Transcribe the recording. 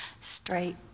straight